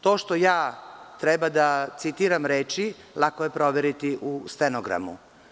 To što trebam da citiram reči, lako je proveriti u stenogramu.